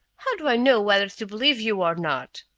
how do i know whether to believe you or not?